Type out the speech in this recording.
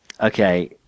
Okay